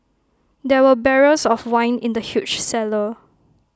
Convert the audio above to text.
there were barrels of wine in the huge cellar